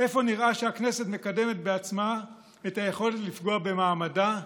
איפה נראה שהכנסת מקדמת בעצמה את היכולת לפגוע במעמדה?